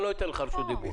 אני לא אתן לך רשות דיבור.